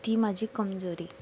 ती माझी कमजोरी